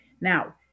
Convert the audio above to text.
now